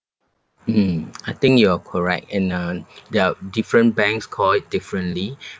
mm I think you are correct and uh there are different banks call it differently